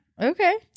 Okay